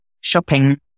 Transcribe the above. shopping